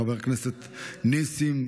חבר הכנסת עופר כסיף,